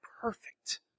perfect